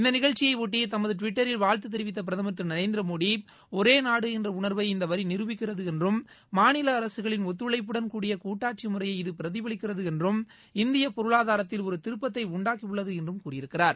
இந்த நிகழ்ச்சியையொட்டி தமது டுவிட்டரில் வாழ்த்து தெரிவித்த பிரதமர் திரு நரேந்திர மோடி ஒரேநாடு என்ற உணர்வை இந்த வரி நிரூபிக்கிறது என்றும் மாநில அரசுகளின் ஒத்துழைப்புடன் கூடிய கூட்டாட்சி முறையை இது பிரதிபலிக்கிறது என்றும் இந்திய பொருளாதாரத்தில் ஒரு திருப்பத்தை உண்டாக்கியுள்ளது என்றும் கூறியிருக்கிறார்